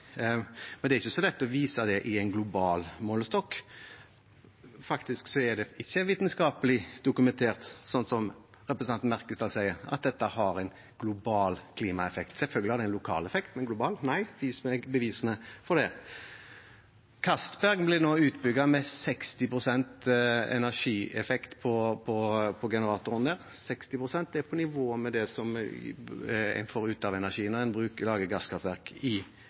men det er ikke så lett å vise det i en global målestokk. Det er faktisk ikke vitenskapelig dokumentert – som representanten Merkesdal sier – at dette har en global klimaeffekt. Selvfølgelig har det en lokal effekt, men global? Nei. Vis meg bevisene for det. Castberg blir nå utbygget med 60 pst. energieffekt på generatoren der. 60 pst. er på nivå med det som en får ut av energien når en lager gasskraftverk i